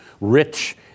rich